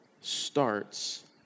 starts